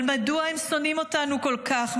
אבל מדוע הם שונאים אותנו כל כך,